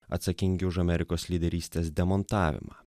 atsakingi už amerikos lyderystės demontavimą